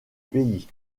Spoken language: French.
pays